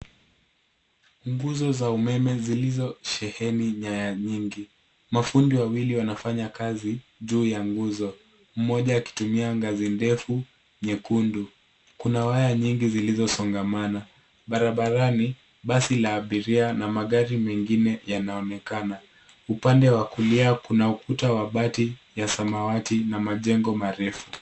Ni nguzo za umeme zilizo sheheni nyaya nyingi. Mafundi wawili wanafanya kazi juu ya nguzo, mmoja akitumia ngazi ndefu nyekundu. Kuna waya nyingi zilizosongamana, barabarani basi la abiria na magari mengine yanaonekana. Upande wa kulia kuna ukuta wa bati ya samawati na majengo marefu.